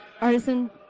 Artisan